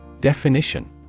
Definition